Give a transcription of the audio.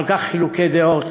יש על כך חילוקי דעות.